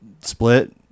split